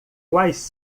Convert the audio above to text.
quais